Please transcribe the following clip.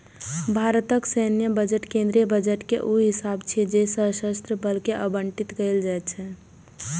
भारतक सैन्य बजट केंद्रीय बजट के ऊ हिस्सा छियै जे सशस्त्र बल कें आवंटित कैल जाइ छै